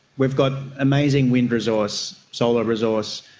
we've got amazing wind resource, solar resource,